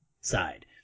side